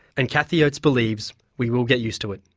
and cathy oates believes we will get used to it.